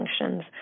functions